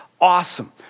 awesome